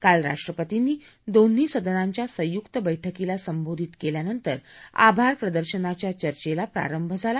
काल राष्ट्रपतींनी दोन्ही सदनाच्या संयुक्त बस्कीला संबोधन केल्यानंतर आभारप्रदर्शनाच्या चर्चेला प्रारंभ झाला